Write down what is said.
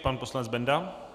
Pan poslanec Benda.